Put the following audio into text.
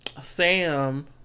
Sam